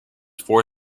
four